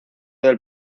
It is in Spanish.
del